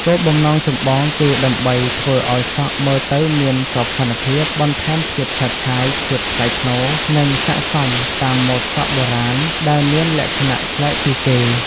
គោលបំណងចម្បងគឺដើម្បីធ្វើឱ្យសក់មើលទៅមាន សោភ័ណភាព បន្ថែមភាពឆើតឆាយ ភាពថ្លៃថ្នូរ និងស័ក្តិសមតាម ម៉ូដសក់បុរាណ ដែលមានលក្ខណៈប្លែកពីគេ។